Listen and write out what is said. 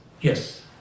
Yes